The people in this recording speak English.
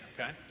okay